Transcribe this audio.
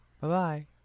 bye-bye